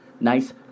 nice